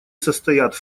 состоят